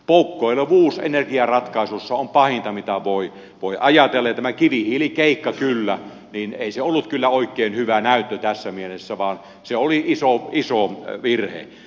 poukkoilevuus energiaratkaisuissa on pahinta mitä voi ajatella ja tämä kivihiilikeikka ei ollut kyllä oikein hyvä näyttö tässä mielessä vaan se oli iso virhe